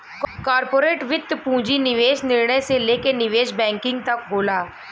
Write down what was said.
corporate वित्त पूंजी निवेश निर्णय से लेके निवेश बैंकिंग तक होला